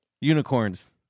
Unicorns